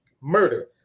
murder